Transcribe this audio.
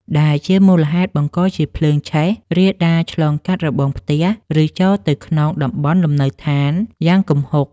ដែលជាមូលហេតុបង្កជាភ្លើងឆេះរាលដាលឆ្លងកាត់របងផ្ទះ ឬចូលទៅក្នុងតំបន់លំនៅដ្ឋានយ៉ាងគំហុក។